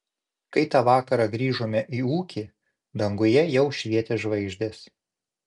kai tą vakarą grįžome į ūkį danguje jau švietė žvaigždės